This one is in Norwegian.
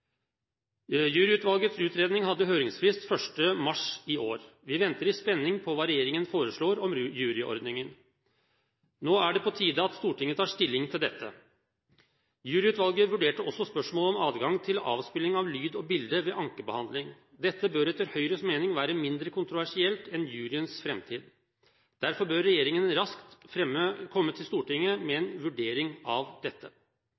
Juryutvalgets utredning hadde høringsfrist 1. mars i år. Vi venter i spenning på hva regjeringen foreslår om juryordningen. Nå er det på tide at Stortinget tar stilling til dette. Juryutvalget vurderte også spørsmålet om adgang til avspilling av lyd- og bilde ved ankebehandling. Dette bør etter Høyres mening være mindre kontroversielt enn juryens framtid. Derfor bør regjeringen raskt komme til Stortinget med en vurdering av dette.